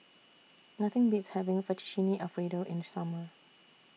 Nothing Beats having Fettuccine Alfredo in The Summer